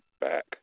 back